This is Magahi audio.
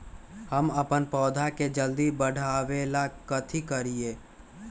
हम अपन पौधा के जल्दी बाढ़आवेला कथि करिए?